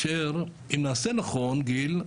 כאשר אם נעשה נכון, גיל,